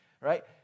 Right